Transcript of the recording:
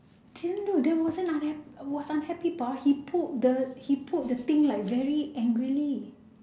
that wasn't unha~ was unhappy but he pulled the he pulled the thing like very angrily